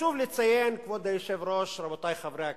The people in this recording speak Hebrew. חשוב לציין, כבוד היושב-ראש, רבותי חברי הכנסת,